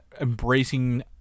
embracing